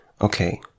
Okay